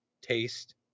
taste